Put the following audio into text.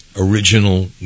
original